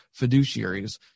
fiduciaries